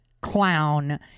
clown